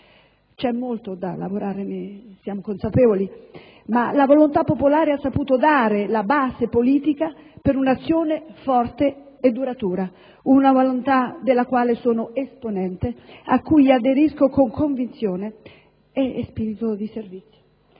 C'è molto da lavorare, ne siamo consapevoli, ma la volontà popolare ha saputo dare la base politica per un'azione forte e duratura, una volontà della quale sono esponente, alla quale aderisco con convinzione e spirito di servizio.